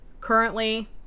currently